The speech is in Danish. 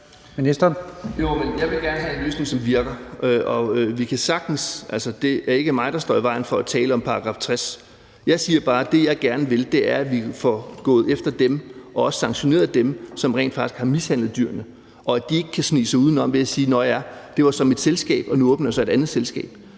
have en løsning, som virker, og det er altså ikke mig, der står i vejen for at tale om § 60. Jeg siger bare, at det, jeg gerne vil, er, at vi går efter og også får sanktioneret dem, som rent faktisk har mishandlet dyrene, og at de ikke kan snige sig udenom ved at sige: Nå ja, det var mit selskab, og nu åbner jeg så et andet selskab.